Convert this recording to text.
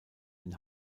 den